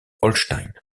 holstein